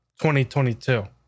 2022